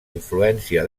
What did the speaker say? influència